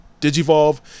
Digivolve